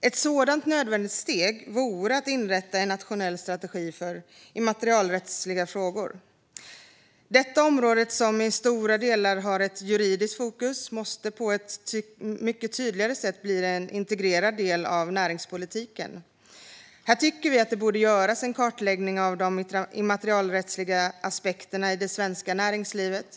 Ett sådant nödvändigt steg vore att inrätta en nationell strategi för immaterialrättsliga frågor. Detta område, som i stora delar har ett juridiskt fokus, måste på ett mycket tydligare sätt bli en integrerad del av näringspolitiken. Vi tycker att det borde göras en kartläggning av de immaterialrättsliga aspekterna i det svenska näringslivet.